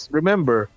remember